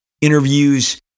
interviews